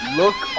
look